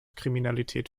kriminalität